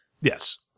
Yes